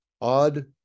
odd